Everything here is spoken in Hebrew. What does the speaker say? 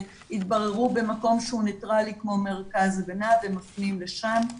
יתבררו במקום שהוא ניטרלי כמו מרכז הגנה והם מפנים לשם.